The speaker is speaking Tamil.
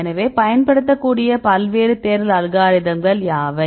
எனவே பயன்படுத்தக்கூடிய பல்வேறு தேடல் அல்காரிதம்கள் யாவை